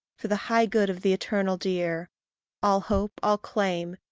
for the high good of the eternal dear all hope, all claim,